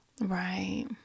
right